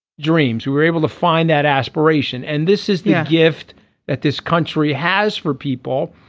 dreams who were able to find that aspiration. and this is the gift that this country has for people.